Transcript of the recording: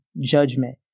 judgment